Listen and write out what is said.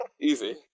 Easy